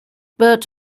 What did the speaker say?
but